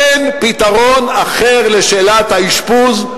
אין פתרון אחר לשאלת האשפוז,